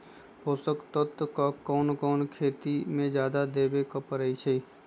पोषक तत्व क कौन कौन खेती म जादा देवे क परईछी?